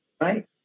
right